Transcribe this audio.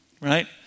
Right